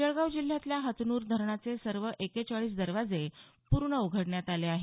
जळगाव जिल्ह्यातल्या हतनूर धरणाचे सर्व एक्केचाळीस दरवाजे पूर्ण उघडण्यात आले आहेत